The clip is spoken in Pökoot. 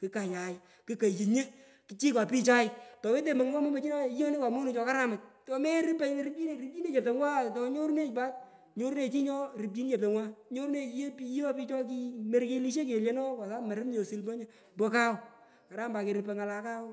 Kukayay kukoyu nyu chikwa pichai towetenyi mongoi ngo mombo chii nona yiyonekwa monung chokaramach rupchinenyi cheptongwa tonyureni pat nyorunenyi chi nyorupchini cheptongwa nyorunyi yiyo pich yiyo pich chokimorkelisho kelion wolae marumnye osul pony po kaw karam pat kerupoi ngala kaw